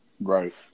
Right